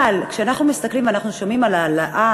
כשאנחנו מסתכלים ואנחנו שומעים על עלייה